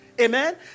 Amen